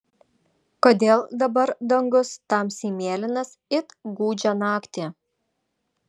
kodėl dabar dangus tamsiai mėlynas it gūdžią naktį